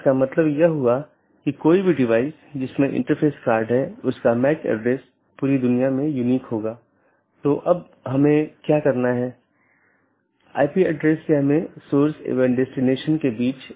इसलिए अगर हम फिर से इस आंकड़े पर वापस आते हैं तो यह दो BGP स्पीकर या दो राउटर हैं जो इस विशेष ऑटॉनमस सिस्टमों के भीतर राउटरों की संख्या हो सकती है